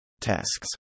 Tasks